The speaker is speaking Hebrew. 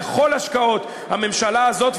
על כל השקעות הממשלה הזאת,